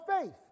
faith